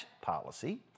policy